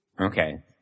Okay